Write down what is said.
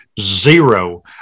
zero